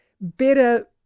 better